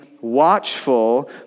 watchful